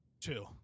two